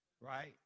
right